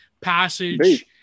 passage